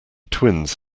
twins